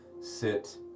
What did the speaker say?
sit